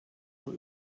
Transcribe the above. nur